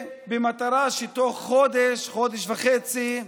במטרה שתוך חודש, חודש וחצי,